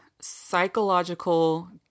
psychological